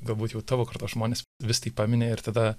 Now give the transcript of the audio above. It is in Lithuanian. galbūt jau tavo kartos žmonės vis tai pamini ir tada